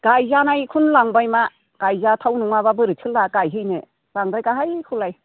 गायजानायखौनो लांबाय मा गायजाथाव नङाब्ला बोरैथो गायहैनो बांद्राय गाहायखौलाय